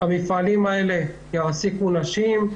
המפעלים האלה יעסיקו נשים.